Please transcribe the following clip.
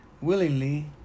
willingly